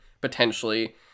potentially